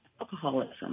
alcoholism